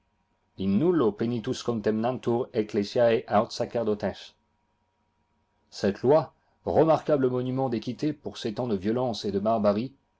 jpenitùs contemnantur ccclesie aut sacerdotes cette loi remarquable monument d'équité pour ces temps de violence et de